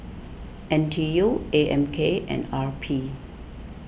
N T U A M K and R P